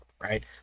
right